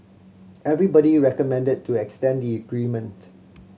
everybody recommended to extend the agreement